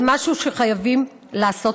זה משהו שחייבים לעשות.